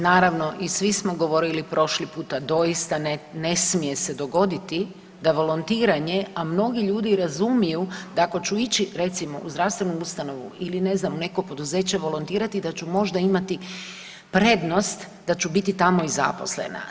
Naravno i svi smo govorili prošli puta doista ne smije se dogoditi da volontiranje, a mnogi ljudi razumiju da ako ću ići recimo u zdravstvenu ustanovu ili ne znam u neko poduzeće volontirati da ću možda imati prednost da ću biti tamo i zaposlena.